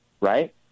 right